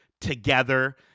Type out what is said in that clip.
together